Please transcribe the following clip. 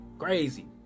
crazy